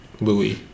Louis